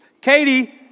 Katie